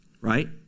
Right